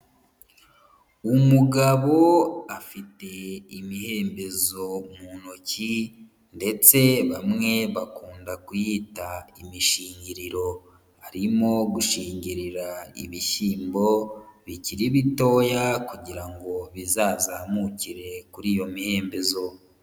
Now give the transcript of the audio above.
Umugabo afite imihembezo mu ntoki ndetse bamwe bakunda kuyita imishingiriro, arimo gushingirira ibishyimbo bikiri bitoya kugira ngo bizazamukire kuri iyo mihembezo.